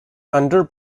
under